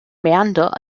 mäander